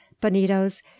bonitos